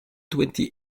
twenty